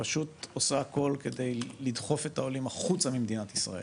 פשוט עושה הכל כדי לדחוף את העולים החוצה ממדינת ישראל.